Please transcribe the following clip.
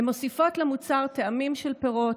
הן מוסיפות למוצר טעמים של פירות,